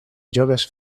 joves